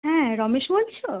হ্যাঁ রমেশ বলছো